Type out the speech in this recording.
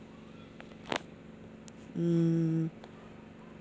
mm